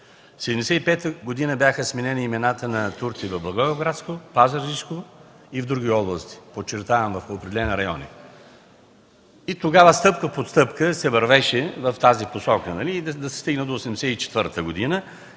1975 г. бяха сменени имената на турците в Благоевградско, в Пазарджишко и в други области. Подчертавам – в определени райони. Тогава стъпка по стъпка се вървеше в тази посока, за да се стигне до 1984 г.